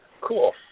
Cool